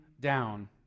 down